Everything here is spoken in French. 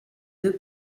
deux